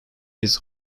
his